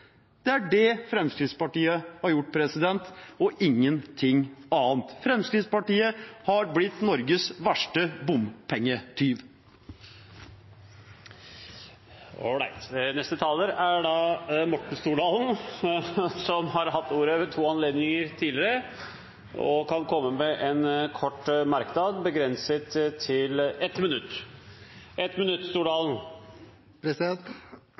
Det er det Fremskrittspartiet har gjort – ingenting annet. Fremskrittspartiet har blitt Norges verste bompengetyv. Representanten Morten Stordalen har hatt ordet to ganger tidligere og får ordet til en kort merknad, begrenset til 1 minutt.